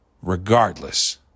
regardless